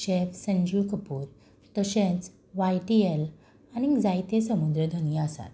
chef Sanjeev Kapoor तशेंच व्हाय टी एल आनीक जायते समुद्र धनी आसात